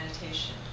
meditation